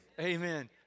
Amen